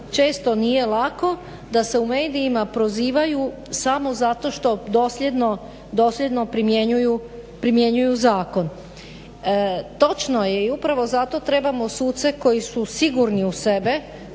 često nije lako, da se u medijima prozivaju samo zato što dosljedno primjenjuju, primjenjuju zakon. Točno je i upravo zato trebamo suce koji su sigurni u sebe,